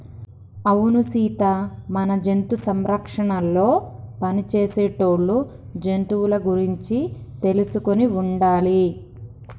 అవును సీత మన జంతు సంరక్షణలో పని చేసేటోళ్ళు జంతువుల గురించి తెలుసుకొని ఉండాలి